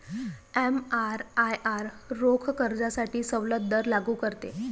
एमआरआयआर रोख कर्जासाठी सवलत दर लागू करते